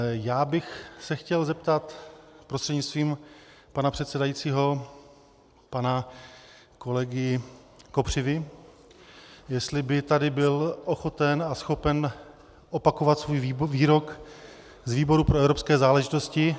Já bych se chtěl zeptat prostřednictvím pana předsedajícího pana kolegy Kopřivy, jestli by tady byl ochoten a schopen opakovat svůj výrok z výboru pro evropské záležitosti.